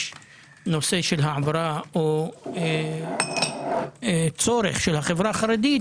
נושא של העברה או צורך של החברה החרדית,